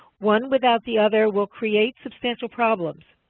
one without the other will create substantial problems.